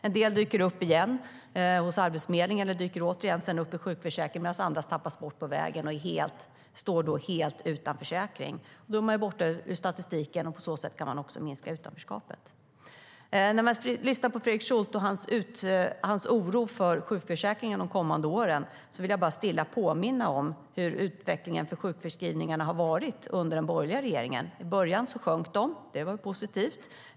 En del dyker upp igen hos Arbetsförmedlingen, eller så dyker de åter upp i sjukförsäkringen, medan andra tappas bort på vägen och står då helt utan försäkring. Därmed är de borta ur statistiken. På så sätt kan man minska utanförskapet. När jag lyssnar på Fredrik Schulte och hans oro för sjukförsäkringen de kommande åren vill jag bara stilla påminna om hur utvecklingen för sjukskrivningarna varit under den borgerliga regeringen. I början sjönk de, vilket var positivt.